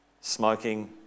Smoking